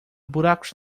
buracos